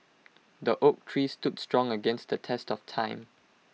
the oak tree stood strong against the test of time